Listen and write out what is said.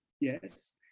yes